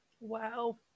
Wow